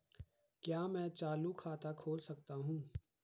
क्या मैं चालू खाता खोल सकता हूँ?